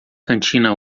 cantina